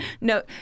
No